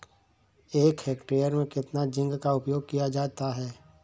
एक हेक्टेयर में कितना जिंक का उपयोग किया जाता है?